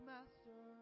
Master